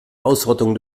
ausrottung